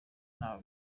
ntaho